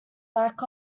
lack